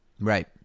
Right